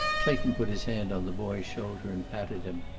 clayton put his hand on the boy's shoulder and patted him.